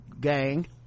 gang